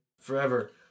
forever